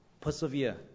Persevere